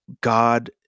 God